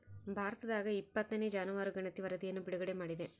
ಭಾರತದಾಗಇಪ್ಪತ್ತನೇ ಜಾನುವಾರು ಗಣತಿ ವರಧಿಯನ್ನು ಬಿಡುಗಡೆ ಮಾಡಿದೆ